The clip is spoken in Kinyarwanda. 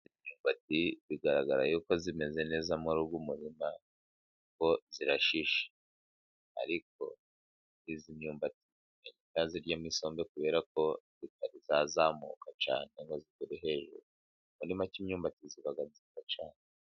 Imyumbati bigaragara ko imeze neza muri uyu murima. Kuko irashishe, ariko iyi myumbati, sindayiryamo isombe kubera ko itari yazamuka cyane ngo igere hejuru. Muri make, imyumbati iba myiza cyane.